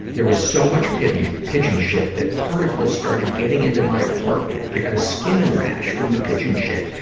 there was so much pigeon pigeon shit that particles started getting into my apartment. i got a skin rash from the pigeon shit.